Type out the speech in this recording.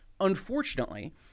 unfortunately